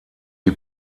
die